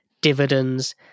dividends